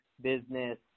business